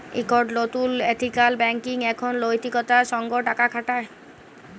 একট লতুল ethical banking এখন লৈতিকতার সঙ্গ টাকা খাটায়